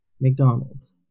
mcdonald's